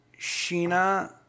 Sheena